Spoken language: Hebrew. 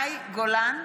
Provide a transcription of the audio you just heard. אינה נוכחת יואב גלנט,